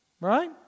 Right